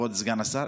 כבוד סגן השר,